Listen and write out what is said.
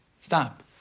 Stop